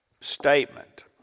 statement